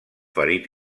ferit